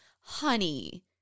honey